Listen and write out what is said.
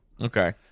Okay